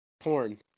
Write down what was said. porn